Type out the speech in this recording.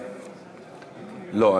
לא.